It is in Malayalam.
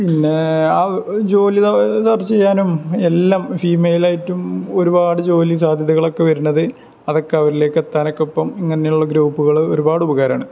പിന്നേ ആ ജോലി സേർച്ച് ചെയ്യാനും എല്ലാം ഫീമേയിലായിട്ടും ഒരുപാട് ജോലി സാധ്യതകളൊക്കെ വരുന്നത് അതൊക്കെ അവരിലേക്കെത്താനൊക്കെയിപ്പോള് ഇങ്ങനെയുള്ള ഗ്രൂപ്പുകള് ഒരുപാട് ഉപകാരമാണ്